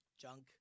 junk